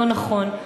לא נכון.